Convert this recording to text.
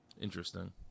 interesting